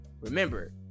remember